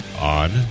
on